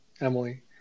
Emily